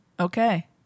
Okay